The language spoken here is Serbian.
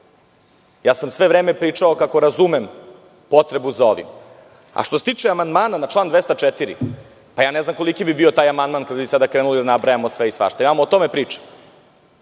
neistina. Sve vreme sam pričao kako razumem potrebu za ovim. Što se tiče amandmana na član 204, pa ne znam koliki bi bio taj amandman kada bismo sada krenuli da nabrajamo sve i svašta. Ja vam o tome